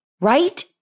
right